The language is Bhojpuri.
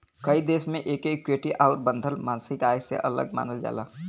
कई देश मे एके इक्विटी आउर बंधल मासिक आय से अलग मानल जाला